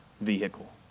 vehicle